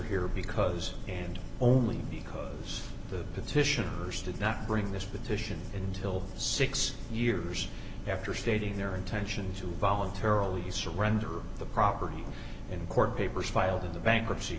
here because and only because the petitioners did not bring this petition until six years after stating their intention to voluntarily surrender the property in court papers filed in the bankruptcy